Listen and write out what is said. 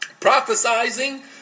Prophesizing